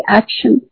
action